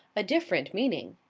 a different meaning.